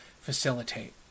facilitate